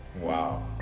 Wow